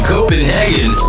Copenhagen